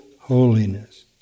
holiness